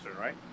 right